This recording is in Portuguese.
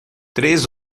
três